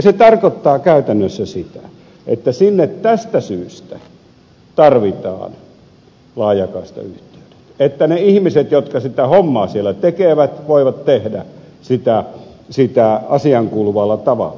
se tarkoittaa käytännössä sitä että sinne tästä syystä tarvitaan laajakaistayhteys jotta ne ihmiset jotka sitä hommaa siellä tekevät voivat tehdä sitä asiaankuuluvalla tavalla